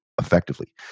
effectively